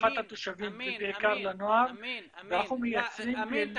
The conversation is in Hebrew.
לרווחת התושבים ובעיקר לנוער ואנחנו מייצרים --- אמין,